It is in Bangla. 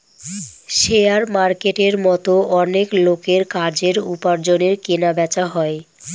শেয়ার মার্কেটের মতো অনেক লোকের কাজের, উপার্জনের কেনা বেচা হয়